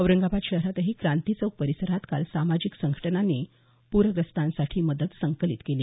औरंगाबाद शहरातही क्रांतीचौक परिसरात काल सामाजिक संघटनांनी पूरग्रस्तांसाठी मदत संकलित केली